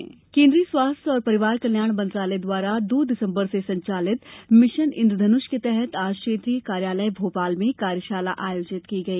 mission Indradhanush केन्द्रीय स्वास्थ्य और परिवार कल्याण मंत्रालय द्वारा दो दिसम्बर से संचालित मिशन इंद्रधनुष के तहत आज क्षेत्रीय कार्यालय भोपाल में कार्यशाला आयोजित की गई